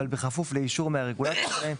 אבל בכפוף לאישור מהרגולטור שלהם,